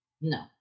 No